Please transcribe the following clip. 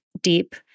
deep